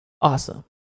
Awesome